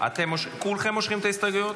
כולכם מושכים את ההסתייגויות?